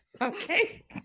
Okay